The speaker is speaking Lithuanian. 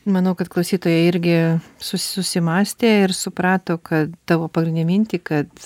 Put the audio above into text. manau kad klausytojai irgi susi susimąstė ir suprato kad tavo pagrindinę mintį kad